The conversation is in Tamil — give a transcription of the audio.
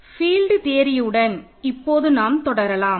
ஃபீல்ட் தியரி உடன் இப்போது நாம் தொடரலாம்